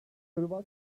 hırvat